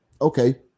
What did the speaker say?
okay